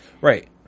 Right